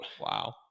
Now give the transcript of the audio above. Wow